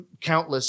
countless